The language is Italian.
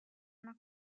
una